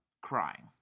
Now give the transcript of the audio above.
crying